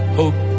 hope